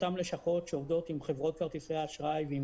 אותן לשכות שעובדות עם חברות כרטיסי האשראי ועם